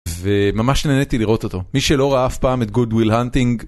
וממש נהניתי לראות אותו. מי שלא ראה אף פעם את גודוויל האנטינג.